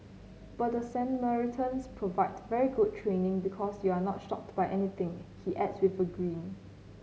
but the Samaritans provided very good training because you're not shocked by anything he adds with a grin